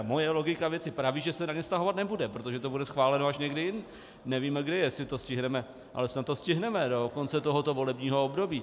Moje logika věci praví, že se na ně vztahovat nebude, protože to bude schváleno až někdy, nevíme kdy, jestli to stihneme, ale snad to stihneme do konce tohoto volebního období.